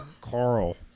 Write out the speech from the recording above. Carl